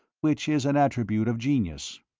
which is an attribute of genius.